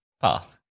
Path